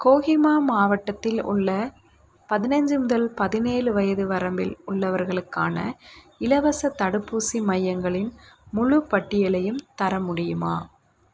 கோஹிமா மாவட்டத்தில் உள்ள பதினஞ்சு முதல் பதினேழு வயது வரம்பில் உள்ளவர்களுக்கான இலவசத் தடுப்பூசி மையங்களின் முழுப் பட்டியலையும் தர முடியுமா